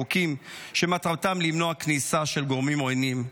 חוקים שמטרתם למנוע כניסה של גורמים עוינים.